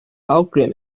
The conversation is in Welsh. awgrym